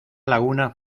laguna